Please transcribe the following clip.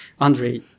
Andre